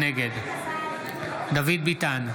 נגד דוד ביטן,